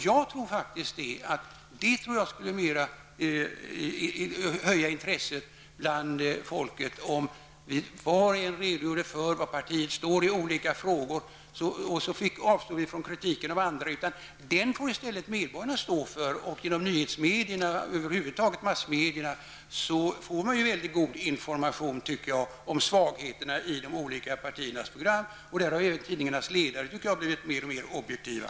Jag tror faktiskt att det skulle öka intresset bland folket, om var och en redogjorde för var partiet står i olika frågor och om vi avstod från kritiken av andra. Den kritiken skulle medborgarna stå för. Genom nyhetsmedierna, och massmedierna över huvud taget, får man ju mycket god information om svagheterna i de olika partiernas program. Därvidlag har även tidningarnas ledare, tycker jag, blivit mer och mer objektiva.